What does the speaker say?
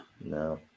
No